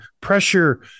pressure